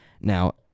Now